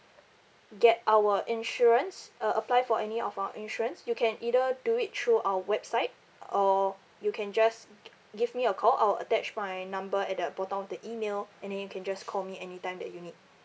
get our insurance uh apply for any of our insurance you can either do it through our website or you can just give me a call I will attach my number at the bottom of the email and then you can just call me anytime that you need